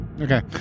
Okay